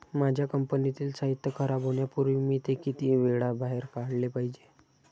माझ्या कंपनीतील साहित्य खराब होण्यापूर्वी मी ते किती वेळा बाहेर काढले पाहिजे?